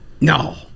No